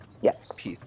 Yes